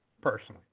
personally